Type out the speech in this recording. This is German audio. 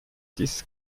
dieses